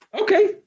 okay